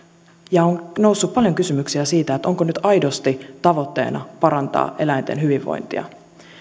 ja on noussut paljon kysymyksiä siitä onko nyt aidosti tavoitteena parantaa eläinten hyvinvointia